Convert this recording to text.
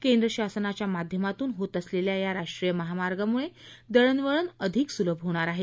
केंद्र शासनाच्या माध्यमातून होत असलेल्या या राष्ट्रीय महामार्गामुळे दळणवळण अधिक सुलभ होणार आहे